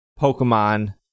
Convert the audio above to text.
Pokemon